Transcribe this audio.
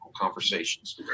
conversations